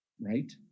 right